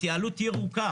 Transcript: התייעלות ירוקה